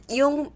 yung